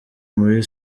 muri